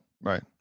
right